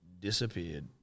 Disappeared